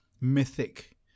mythic